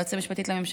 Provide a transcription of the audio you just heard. ליועצת המשפטית לממשלה,